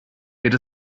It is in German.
geht